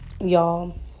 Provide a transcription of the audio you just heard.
Y'all